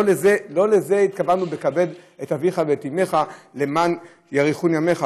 לא לזה התכוונו ב"כבד את אביך ואת אמך למען יאריכון ימיך".